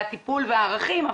הטיפול והערכים,